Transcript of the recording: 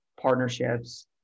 partnerships